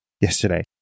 yesterday